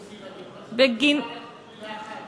חברת הכנסת רוזין, אני יכול להגיד מילה אחת,